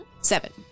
Seven